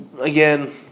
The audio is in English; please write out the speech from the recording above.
Again